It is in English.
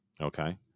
Okay